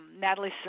Natalie